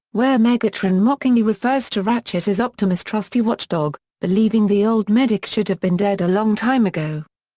where megatron mockingly refers to ratchet as optimus' trusty watchdog, believing the old medic should've been dead a long time ago.